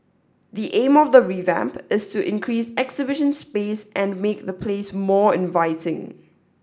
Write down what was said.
the aim of the revamp is to increase exhibition space and make the place more inviting